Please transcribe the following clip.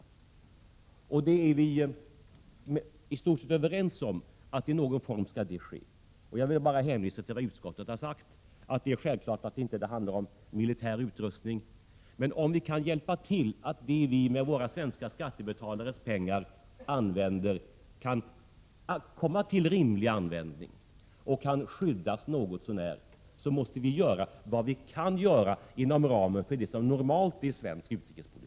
I stort sett är vi överens om att i någon form skall det ske, och jag vill bara hänvisa till vad utskottet har sagt, att det är självklart att det inte handlar om militär utrustning. Men om vi kan hjälpa till, så att det vi sätter in, med de svenska skattebetalarnas pengar, kommer till rimlig användning och kan skyddas något så när, måste vi göra vad vi kan inom ramen för vad som normalt är svensk utrikespolitik.